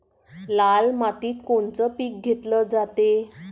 लाल मातीत कोनचं पीक घेतलं जाते?